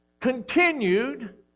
continued